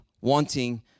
wanting